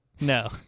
No